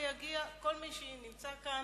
כל מי שנמצא כאן,